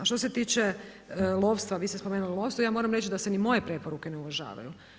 Što se tiče lovstva, vi ste spomenuli lovstvo, ja moram reći da se ni moje preporuke ne uvažavaju.